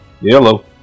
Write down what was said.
Yellow